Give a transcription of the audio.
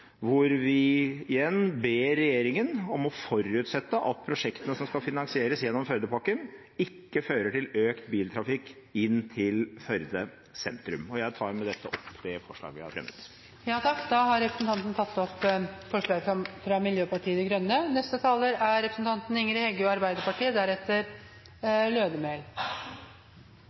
hvor vi igjen ber regjeringen om å forutsette at prosjektene som skal finansieres gjennom Førdepakken, ikke fører til økt biltrafikk inn til Førde sentrum. Jeg tar med dette opp det forslaget jeg har fremmet. Representanten Rasmus Hansson har tatt opp det forslaget han refererte til. De talere som heretter får ordet, har en taletid på inntil 3 minutter. Eg er